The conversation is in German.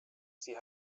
sie